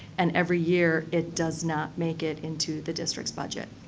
and every year it does not make it into the district's budget.